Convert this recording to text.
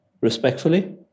respectfully